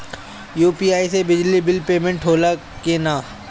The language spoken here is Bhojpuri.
यू.पी.आई से बिजली बिल पमेन्ट होला कि न?